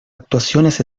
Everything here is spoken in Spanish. actuaciones